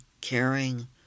caring